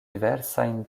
diversajn